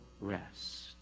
rest